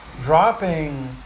dropping